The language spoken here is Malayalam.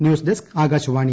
news desk Akashvani